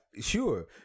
Sure